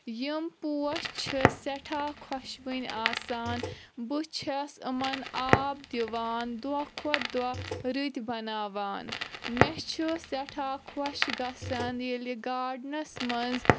یِم پوش چھِ سٮ۪ٹھاہ خۄشوٕنۍ آسان بہٕ چھس أمن آب دِوان دۄہ کھۄتہ دۄہ رٔتۍ بناوان مےٚ چھِ سٮ۪ٹھاہ خۄش گژھان ییٚلہِ گاڈنس منٛز